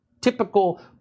typical